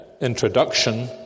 introduction